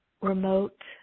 remote